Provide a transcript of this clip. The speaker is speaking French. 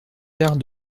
terre